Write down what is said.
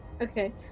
Okay